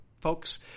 folks